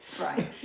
Right